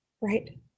Right